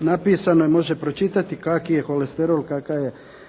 napisane može pročitati, kaki je kolesterol, kaki je